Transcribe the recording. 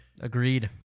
agreed